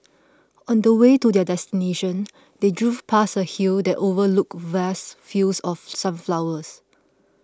on the way to their destination they drove past a hill that overlooked vast fields of sunflowers